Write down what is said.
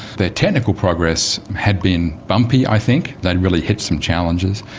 their technical progress had been bumpy, i think, they really hit some challenges.